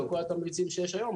או כל התמריצים שיש היום,